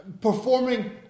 performing